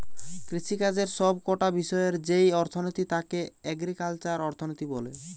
কৃষিকাজের সব কটা বিষয়ের যেই অর্থনীতি তাকে এগ্রিকালচারাল অর্থনীতি বলে